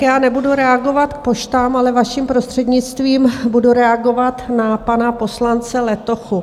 Já nebudu reagovat k poštám, ale vaším prostřednictvím budu reagovat na pana poslance Letochu.